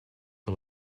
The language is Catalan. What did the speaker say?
que